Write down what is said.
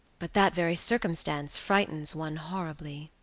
but that very circumstance frightens one horribly,